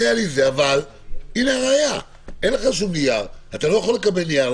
אבל אין לך שום נייר, אתה לא יכול לקבל נייר.